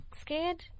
scared